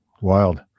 wild